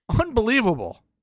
Unbelievable